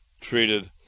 treated